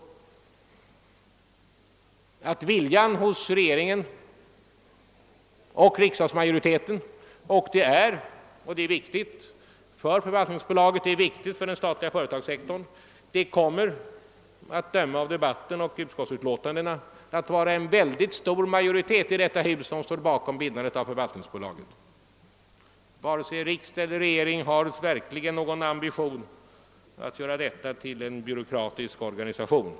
Något som är viktigt för förvaltningsbolaget och för den statliga företagssektorns framtida utveckling är att det — att döma av debatten och utskottsutlåtandena — kommer att stå en mycket stor majoritet i detta hus bakom bildandet av förvaltningsbolaget. Varken riksdag eller regering har någon ambition att göra detta företag till en byråkratisk organisation.